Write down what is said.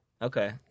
Okay